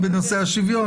רחל בורובסקי לאחריו.